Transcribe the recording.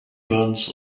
burns